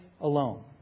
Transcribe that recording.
alone